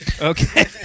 Okay